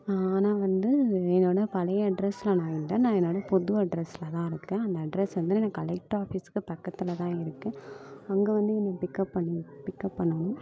நான் ஆனால் வந்து என்னோட பழைய அட்ரஸ்ல நான் இல்லை நான் என்னோட புது அட்ரஸ்லதான் இருக்கேன் அந்த அட்ரஸ் வந்து நான் கலெக்டரு ஆஃபிஸுக்கு பக்கத்தில் தான் இருக்குது அங்கே வந்து என்ன பிக்கப் பண்ணி பிக்கப் பண்ணணும்